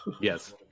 Yes